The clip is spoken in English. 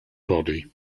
body